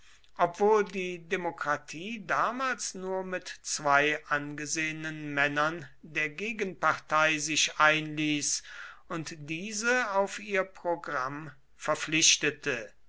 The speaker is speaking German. obwohl die demokratie damals nur mit zwei angesehenen männern der gegenpartei sich einließ und diese auf ihr programm verpflichtete